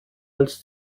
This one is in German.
als